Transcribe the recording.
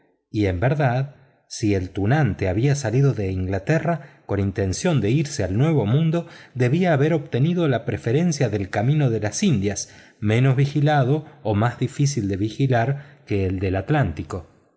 y en verdad si el tunante había salido de inglaterra con intención de irse al nuevo mundo debía haber obtenido la preferencia del camino de la india menos vigilado o más difícil de vigilar que el atlántico